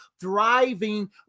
thriving